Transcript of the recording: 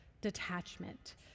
detachment